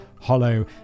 hollow